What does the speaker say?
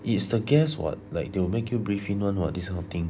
it's the gas [what] like they will make you breathe in [one] [what] this kind of thing